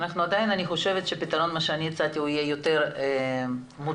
אני חושבת שהפתרון שהצעתי יהיה יותר מוצדק,